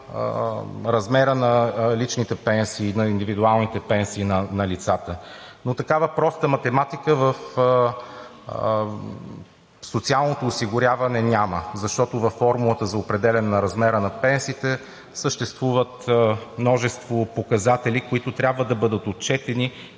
в размера на личните пенсии, на индивидуалните пенсии на лицата, но такава проста математика в социалното осигуряване няма. Защото във формулата за определяне на размера на пенсиите съществуват множество показатели, които трябва да бъдат отчетени,